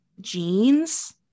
jeans